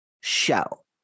shell